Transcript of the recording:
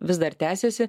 vis dar tęsiasi